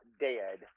dead